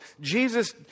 Jesus